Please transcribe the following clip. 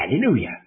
hallelujah